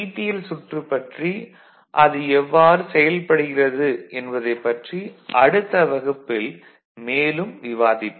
L சுற்று பற்றி அது எவ்வாறு செயல்படுகிறது என்பதைப் பற்றி அடுத்த வகுப்பில் மேலும் விவாதிப்போம்